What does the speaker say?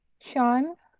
sean,